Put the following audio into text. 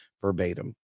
verbatim